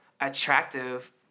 attractive